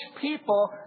people